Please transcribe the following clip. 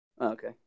Okay